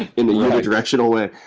in a unidirectional way.